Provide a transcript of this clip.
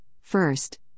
First